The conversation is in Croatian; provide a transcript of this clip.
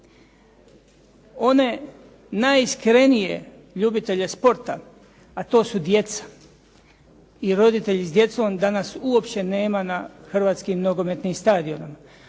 One najiskrenije ljubitelje sporta, a to su djeca, i roditelji sa djecom, danas uopće nema na hrvatskim nogometnim stadionima.